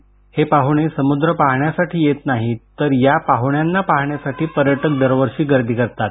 बरं हे पाहणे समुद्र पाहण्यासाठी येत नाहीत तर या पाहण्यांना पाहण्यासाठी पर्यटक दरवर्षी गर्दी करतात